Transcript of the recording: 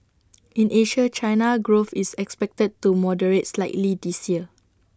in Asia China's growth is expected to moderate slightly this year